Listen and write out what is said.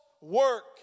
work